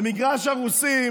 במגרש הרוסים